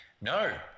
no